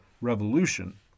Revolution